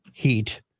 heat